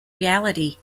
reality